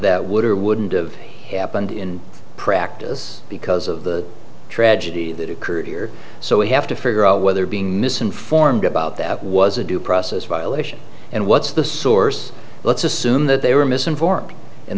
that would or wouldn't have happened in practice because of the tragedy that occurred here so we have to figure out whether being misinformed about that was a due process violation and what's the source let's assume that they were misinformed and